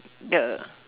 the